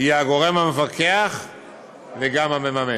יהיה הגורם המפקח וגם המממן.